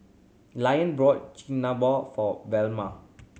bought Chigenabe for Velma